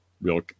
real